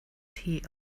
tee